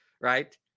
Right